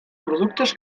productes